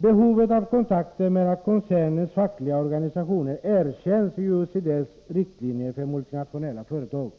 Behovet av kontakter mellan koncernens fackliga organisationer erkänns i OECD:s riktlinjer för multinationella företag.